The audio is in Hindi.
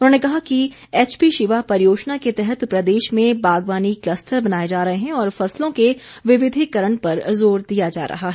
उन्होंने कहा कि एचपी शिवा परियोजना के तहत प्रदेश में बागवानी कलस्टर बनाए जा रहे हैं और फसलों के विविधिकरण पर जोर दिया जा रहा है